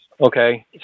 okay